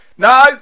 No